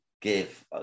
Give